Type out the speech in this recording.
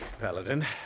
paladin